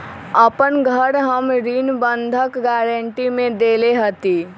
अपन घर हम ऋण बंधक गरान्टी में देले हती